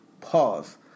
Pause